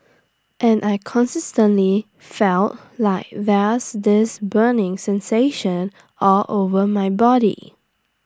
and I consistently feel like there's this burning sensation all over my body